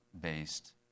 based